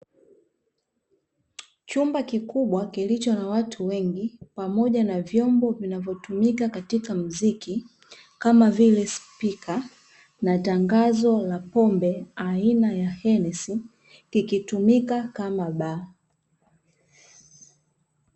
Chumba kikubwa kilicho na watu wengi pamoja na vyombo vinavyotumika katika mziki kama vile spika, na tangazo la pombe aina ya "HENESSY" kikitumika kama baa.